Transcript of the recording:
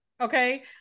okay